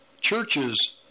churches